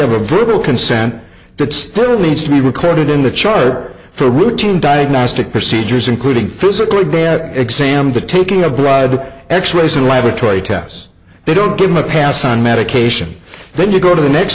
have a verbal consent that still needs to be recorded in the chart for routine diagnostic procedures including physically bad exam the taking of bride x rays or laboratory tests they don't give him a pass on medication then you go to the next